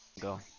Go